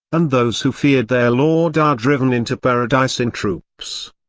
and those who feared their lord are driven into paradise in troops.